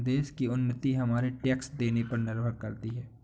देश की उन्नति हमारे टैक्स देने पर निर्भर करती है